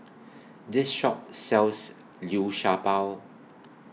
This Shop sells Liu Sha Bao